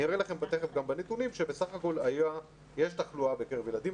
אני אראה לכם תיכף גם בנתונים שבסך הכול יש תחלואה בקרב ילדים.